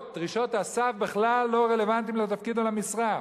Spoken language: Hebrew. הסף בהם בכלל לא רלוונטיות לתפקיד על המשרה.